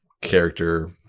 character